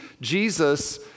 Jesus